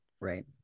Right